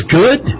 good